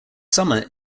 summit